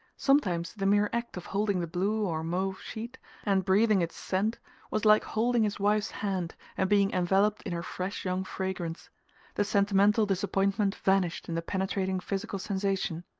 sometimes the mere act of holding the blue or mauve sheet and breathing its scent was like holding his wife's hand and being enveloped in her fresh young fragrance the sentimental disappointment vanished in the penetrating physical sensation.